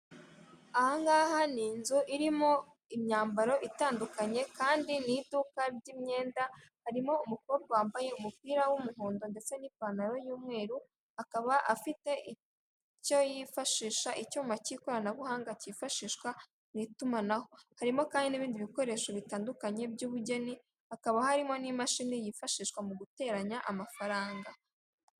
Ahangaha n’ inzu irimo imyambaro itandukanye kandi mw’iduka ry'imyenda harimo umukobwa wambaye umupira w'umuhondo ndetse n'ipantaro y'umweru akaba afite icyo yifashisha icyuma cy'ikoranabuhanga cyifashishwa mw’itumanaho harimo kandi n'ibindi bikoresho bitandukanye by'ubugeni hakaba harimo n'imashini yifashishwa mu guteranya amafaranga.